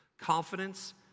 Confidence